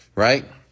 Right